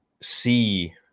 see